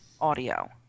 audio